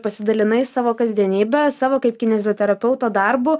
pasidalinai savo kasdienybe savo kaip kineziterapeuto darbu